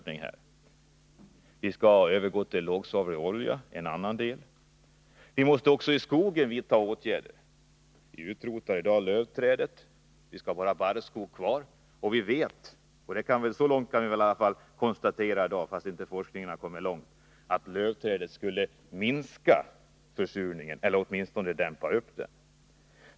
En annan sak är att vi måste gå över till lågsvavlig olja. Även när det gäller skogen måste vi vidta åtgärder. I dag utrotar vi lövträden — vi skall ha kvar bara barrskog. Så mycket kan vi konstatera i dag, trots att forskningen inte har kommit så långt, att lövträden skulle minska försurningen, åtminstone något.